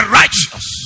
righteous